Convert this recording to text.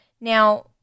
Now